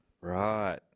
Right